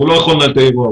הוא לא יכול לנהל את האירוע.